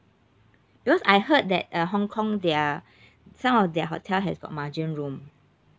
because I heard that uh hong kong there are some of their hotel has got mahjong room